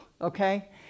okay